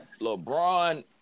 LeBron